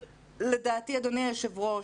לדעתי, אדוני היושב ראש,